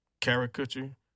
caricature